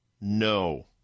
no